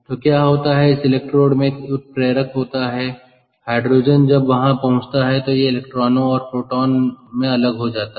तो क्या होता है इस इलेक्ट्रोड में एक उत्प्रेरक होता है हाइड्रोजन जब वहां पहुंचता है तो यह इलेक्ट्रॉनों और प्रोटॉन में अलग हो जाता है